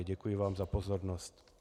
Děkuji vám za pozornost.